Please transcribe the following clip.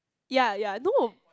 ya ya no